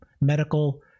medical